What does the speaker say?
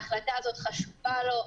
ההחלטה הזאת חשובה לו,